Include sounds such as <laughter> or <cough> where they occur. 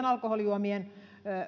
<unintelligible> alkoholijuomien